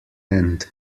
end